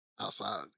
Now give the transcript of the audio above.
Outside